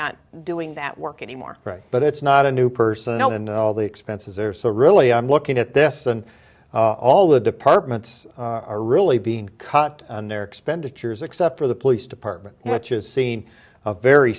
not doing that work anymore but it's not a new personnel in all the expenses or so really i'm looking at this and all the departments are really being cut their expenditures except for the police department which is seen a very